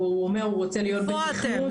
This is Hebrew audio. או הוא אומר שהוא רוצה להיות בתכנות --- איפה אתם?